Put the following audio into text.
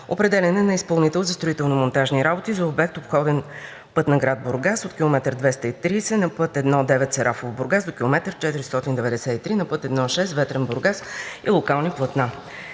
определяне на изпълнител за строително-монтажни работи за обект „Обходен път на град Бургас от км 230 на път I-9 Сарафово – Бургас до км 493 на път I-6 Ветрен – Бургас и локални платна“.